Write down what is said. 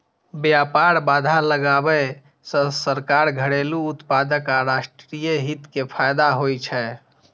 व्यापार बाधा लगाबै सं सरकार, घरेलू उत्पादक आ राष्ट्रीय हित कें फायदा होइ छै